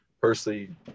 personally